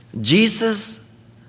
Jesus